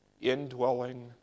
indwelling